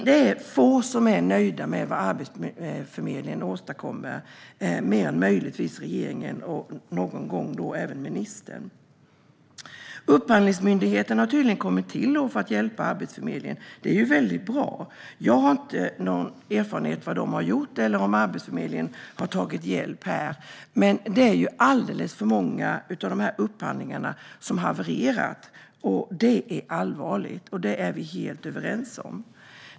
Det är få som är nöjda med det som Arbetsförmedlingen åstadkommer, mer än möjligtvis regeringen och någon gång även ministern. Upphandlingsmyndigheten har tydligen kommit till för att hjälpa Arbetsförmedlingen. Det är mycket bra. Jag har inte någon erfarenhet av vad de har gjort eller om Arbetsförmedlingen har tagit hjälp av dem. Men det är alldeles för många av dessa upphandlingar som har havererat, och det är allvarligt. Detta är vi helt överens om.